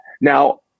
Now